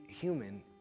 human